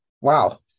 wow